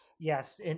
Yes